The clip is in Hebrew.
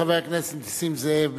חבר הכנסת נסים זאב,